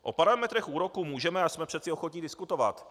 O parametrech úroků můžeme a jsme přece ochotni diskutovat.